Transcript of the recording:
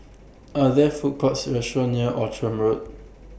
Are There Food Courts restaurants near Outram Road